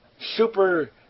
super